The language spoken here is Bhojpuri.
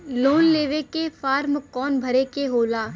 लोन लेवे के फार्म कौन भरे के होला?